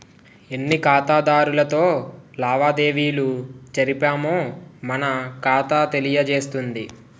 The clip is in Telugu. ఎన్ని ఖాతాదారులతో లావాదేవీలు జరిపామో మన ఖాతా తెలియజేస్తుంది